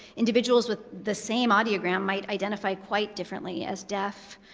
individuals with the same audiogram might identify quite differently as deaf,